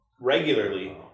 regularly